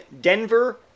Denver